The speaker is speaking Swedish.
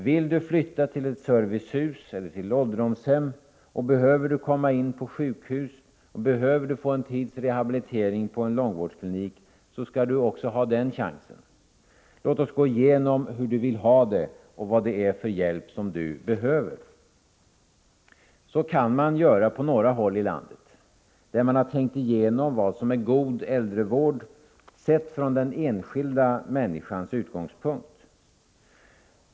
Vill du flytta till ett servicehus eller till ålderdomshem och behöver du komma in på sjukhus eller behöver en viss rehabilitering på en långvårdsklinik, skall du också ha den chansen. Låt oss gå igenom det du vill ha och vad det är för hjälp som du behöver. Så kan man göra på några håll i landet, där man tänkt igenom vad som är god äldrevård sett från den enskilda människans utgångspunkt.